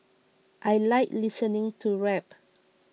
I like listening to rap